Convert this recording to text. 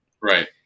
Right